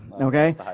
okay